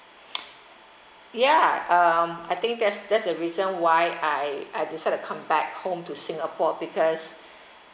yeah um I think that's that's the reason why I I decide to come back home to singapore because